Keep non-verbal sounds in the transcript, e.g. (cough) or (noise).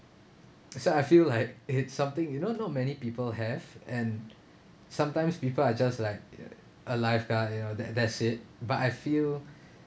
(noise) so I feel like it's something you know not many people have and sometimes people are just like (noise) a lifeguard you know that that's it but I feel